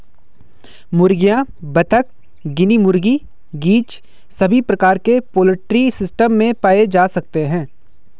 मुर्गियां, बत्तख, गिनी मुर्गी, गीज़ सभी प्रकार के पोल्ट्री सिस्टम में पाए जा सकते है